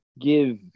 give